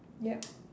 yup